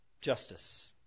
Justice